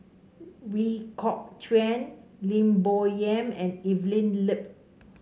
We Kok Chuen Lim Bo Yam and Evelyn Lip